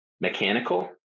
mechanical